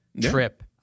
Trip